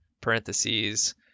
parentheses